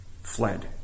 fled